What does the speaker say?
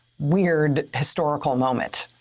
weird, historical moment.